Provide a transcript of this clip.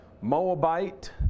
Moabite